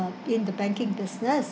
in the banking business